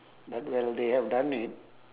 but well they have done it